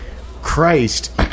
Christ